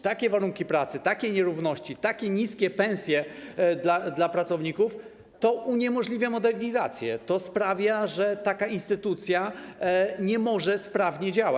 Takie warunki pracy, takie nierówności, takie niskie pensje dla pracowników - to wszystko uniemożliwia modernizację i sprawia, że taka instytucja nie może sprawnie działać.